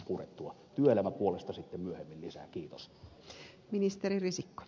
työelämäpuolesta sitten myöhemmin lisää